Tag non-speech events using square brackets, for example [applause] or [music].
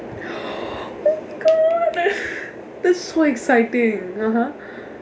[noise] oh my god [laughs] that's so exciting